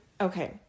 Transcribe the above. Okay